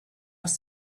must